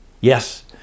Yes